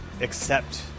accept